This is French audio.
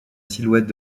silhouette